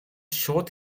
шууд